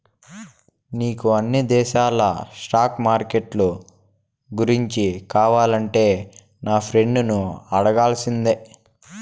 నీకు అన్ని దేశాల స్టాక్ మార్కెట్లు గూర్చి కావాలంటే నా ఫ్రెండును అడగాల్సిందే